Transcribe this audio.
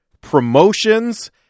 promotions